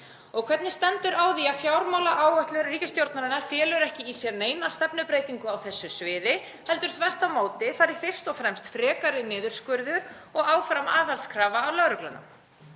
og hvernig stendur á því að fjármálaáætlun ríkisstjórnarinnar felur ekki í sér neina stefnubreytingu á þessu sviði heldur sé þar þvert á móti fyrst og fremst frekari niðurskurður og áfram aðhaldskrafa á lögregluna?